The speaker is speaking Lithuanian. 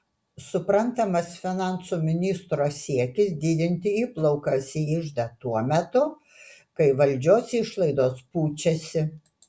suprantamas finansų ministro siekis didinti įplaukas į iždą tuo metu kai valdžios išlaidos pučiasi